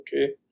okay